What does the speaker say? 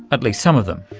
at least some of them.